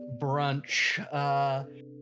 brunch